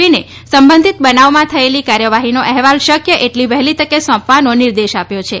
સિંહને પત્ર પાઠવીને સંબંધીત બનાવમાં થયેલી કાર્યવાહીનો અહેવાલ શક્ય એટલી વહેલી તકે સોંપવાનો નિર્દેશ આપ્યો છે